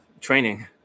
training